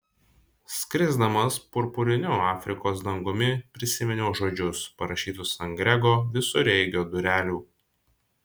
skrisdamas purpuriniu afrikos dangumi prisiminiau žodžius parašytus ant grego visureigio durelių